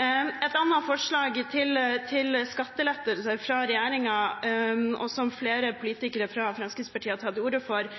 Et annet forslag til skattelettelser fra regjeringen, som flere politikere fra Fremskrittspartiet har tatt til orde for,